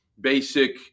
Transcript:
basic